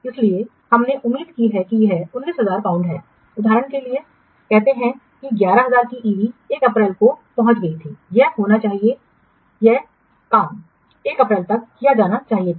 इसलिए हमने उम्मीद की है कि यह 19000 पाउंड उदाहरण के लिए कहते हैं कि १ ९ ००० की ईवी १ अप्रैल को पहुंच गई थी यह होना चाहिए यह काम 1 अप्रैल तक किया जाना चाहिए था